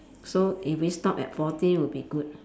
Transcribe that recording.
so if we stop at forty would be good